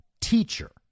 teacher